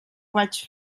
vaig